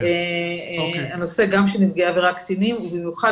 גם הנושא של נפגעי עבירה קטינים ובמיוחד